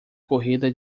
corrida